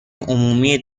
عمومی